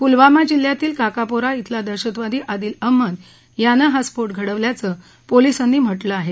पुलवामा जिल्ह्यातील काकापोरा बिला दहशतवादी आदील अहमद यानं हा स्फोट घडवल्याचं पोलिसांनी म्हटलं आहे